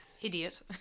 Idiot